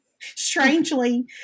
strangely